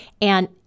And-